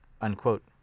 Unquote